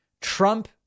Trump